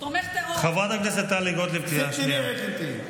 חברת הכנסת טלי גוטליב, קריאה שנייה.